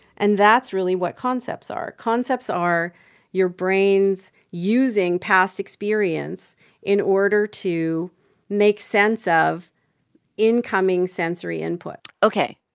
and that's really what concepts are. concepts are your brain's using past experience in order to make sense of incoming sensory input ok.